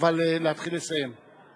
אבל להתחיל לסיים.